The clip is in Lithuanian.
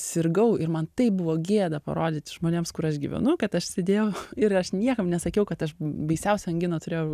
sirgau ir man taip buvo gėda parodyti žmonėms kur aš gyvenu kad aš sėdėjau ir aš niekam nesakiau kad aš baisiausią anginą turėjau